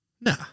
No